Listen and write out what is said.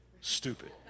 stupid